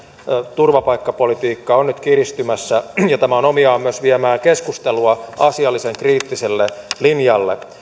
turvapaikkapolitiikka on nyt kiristymässä ja tämä on omiaan myös viemään keskustelua asiallisen kriittiselle linjalle